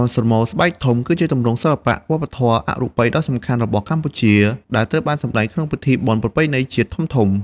ល្ខោនស្រមោលស្បែកធំ គឺជាទម្រង់សិល្បៈវប្បធម៌អរូបីដ៏សំខាន់របស់កម្ពុជា ដែលត្រូវបានសម្តែងក្នុងពិធីបុណ្យប្រពៃណីជាតិធំៗ។